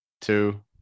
two